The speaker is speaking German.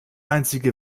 einzige